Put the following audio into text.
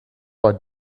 war